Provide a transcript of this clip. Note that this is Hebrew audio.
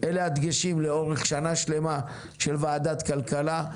אלה הדגשים לאורך שנה שלמה של ועדת הכלכלה.